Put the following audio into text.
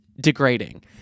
degrading